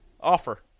Offer